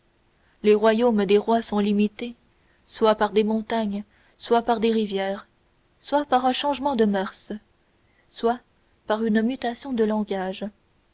les royaumes des rois sont limités soit par des montagnes soit par des rivières soit par un changement de moeurs soit par une mutation de langage